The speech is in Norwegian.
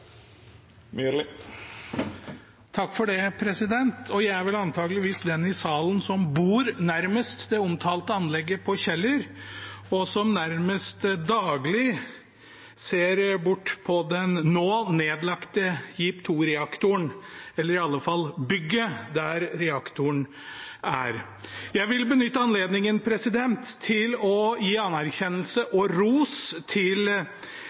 Jeg er antakeligvis den i salen som bor nærmest det omtalte anlegget på Kjeller, og som nærmest daglig ser den nå nedlagte JEEP II-reaktoren – eller i alle fall bygget der reaktoren er. Jeg vil benytte anledningen til å gi anerkjennelse og ros til